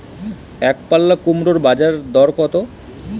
একপাল্লা কুমড়োর বাজার দর কত?